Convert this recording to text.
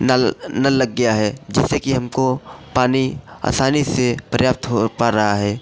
नल नल लग गया है जिससे कि हमको पानी आसानी से प्राप्त हो पा रहा है